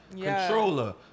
Controller